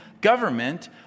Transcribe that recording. government